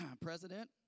president